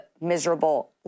miserable